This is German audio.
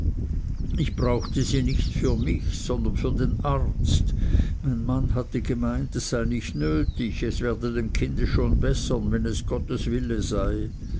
ich brauchte sie nicht für mich sondern für den arzt mein mann hatte gemeint es sei nicht nötig es werde dem kinde schon bessern wenn es gottes wille sei